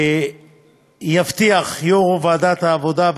ויבטיח יושב-ראש ועדת העבודה,